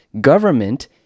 Government